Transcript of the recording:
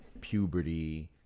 puberty